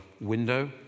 window